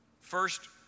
First